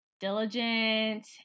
diligent